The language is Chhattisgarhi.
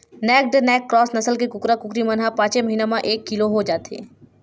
नैक्ड नैक क्रॉस नसल के कुकरा, कुकरी मन ह पाँचे महिना म एक किलो के हो जाथे